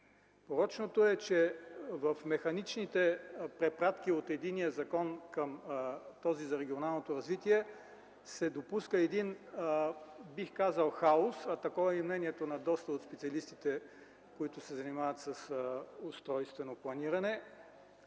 Порочното е, че в механичните препратки от единия закон към този за регионалното развитие се допускат: един хаос – такова е мнението на доста от специалистите, които се занимават с устройствено планиране,